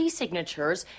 signatures